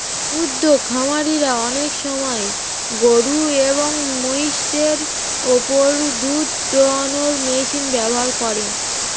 দুদ্ধ খামারিরা অনেক সময় গরুএবং মহিষদের ওপর দুধ দোহানোর মেশিন ব্যবহার করেন